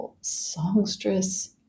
songstress